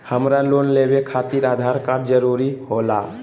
हमरा लोन लेवे खातिर आधार कार्ड जरूरी होला?